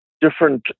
different